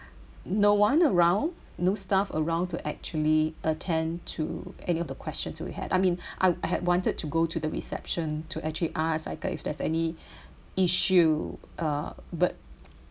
no one around no staff around to actually attend to any of the questions that we had I mean I had wanted to go to the reception to actually ask I like uh if there's any issue uh but